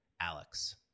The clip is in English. Alex